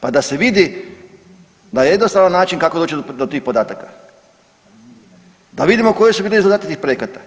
Pa da se vidi na jednostavan način kako doći do tih podataka, da vidimo koji su bili zadaci tih projekata.